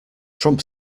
trump